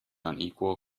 unequal